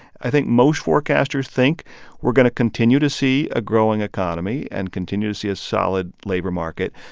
i think most forecasters think we're going to continue to see a growing economy and continue to see a solid labor market.